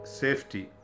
safety